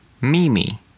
Mimi